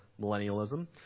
millennialism